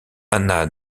ana